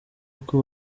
uko